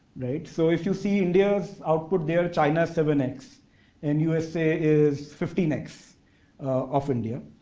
so, if you see india's output, they are china's seven x and usa is fifteen x of india.